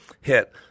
hit